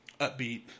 upbeat